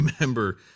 remember